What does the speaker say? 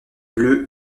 bleu